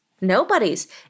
Nobody's